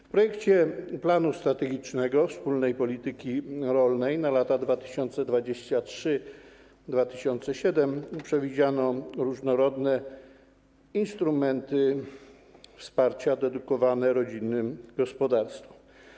W projekcie „Planu strategicznego dla wspólnej polityki rolnej na lata 2023-2027” przewidziano różnorodne instrumenty wsparcia dedykowane rodzinnym gospodarstwom.